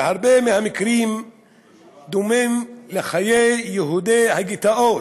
בהרבה מהמקרים דומה לחיי יהודי הגטאות.